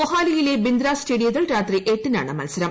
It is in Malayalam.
മൊഹാലിയിലെ ബിന്ദ്ര സ്റ്റേഡിയത്തിൽ രാത്രി എട്ടിനാണ് മത്സരം